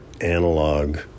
analog